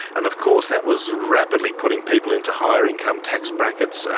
and of course that was rapidly putting people into higher income tax brackets,